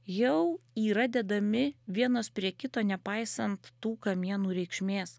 jau yra dedami vienas prie kito nepaisant tų kamienų reikšmės